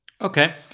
Okay